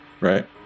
right